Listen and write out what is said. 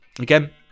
again